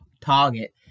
target